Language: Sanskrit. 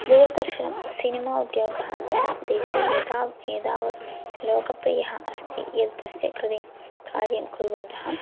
दूरदर्शनं सिनिमा उद्योगः छ देशे एताव् एतावत् लोकप्रियः अस्ति यद् तस्य कृते कार्यं कुर्वन्तः